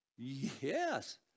Yes